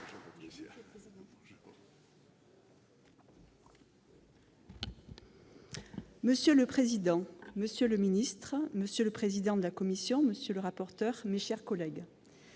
Monsieur le président, monsieur le ministre, monsieur le président de la commission, monsieur le rapporteur, mes chers collègues,